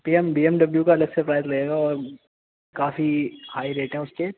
پی M B M W کا الگ سے پرائز لگے گا اور کافی ہائی ریٹ ہیں اس کے